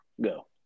Go